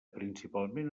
principalment